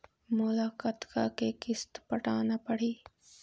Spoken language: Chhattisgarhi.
मोला कतका के किस्त पटाना पड़ही?